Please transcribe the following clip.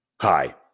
Hi